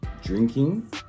Drinking